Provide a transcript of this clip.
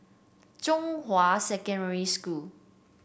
Zhonghua Secondary School